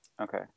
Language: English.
okay